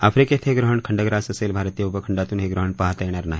आफ्रिकेत हे ग्रहण खंडग्रास असेल भारतीय उपखंडातून हे ग्रहण पाहता येणार नाही